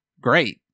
Great